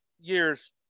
years